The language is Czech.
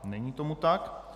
Není tomu tak.